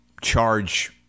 charge